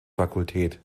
fakultät